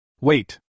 Wait